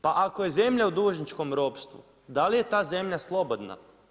Pa ako je zemlja u dužničkom ropstvu, da li je ta zemlja slobodna?